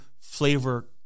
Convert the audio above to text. flavor